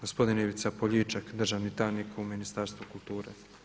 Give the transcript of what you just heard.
Gospodin Ivica Poljičak, državni tajnik u Ministarstvu kulture.